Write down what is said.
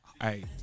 Hey